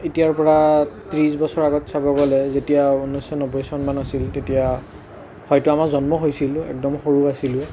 এতিয়াৰ পৰা ত্ৰিছ বছৰ আগত চাব গ'লে যেতিয়া ঊনৈছশ নব্বৈ চনমান আছিল তেতিয়া হয়তো আমাৰ জন্ম হৈছিল আৰু একদম সৰু আছিলোঁ